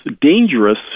dangerous